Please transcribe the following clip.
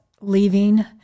leaving